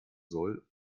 soll